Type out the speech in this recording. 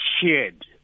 shared